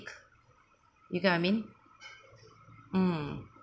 you get what I mean mm